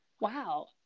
Wow